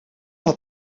m’a